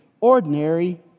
ordinary